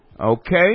okay